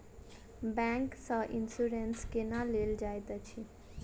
bank सँ insurance केना लेल जाइत अछि